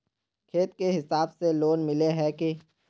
खेत के हिसाब से लोन मिले है की?